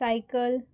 cycle